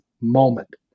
moment